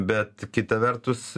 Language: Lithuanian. bet kita vertus